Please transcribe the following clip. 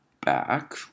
back